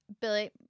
Billy